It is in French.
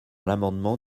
l’amendement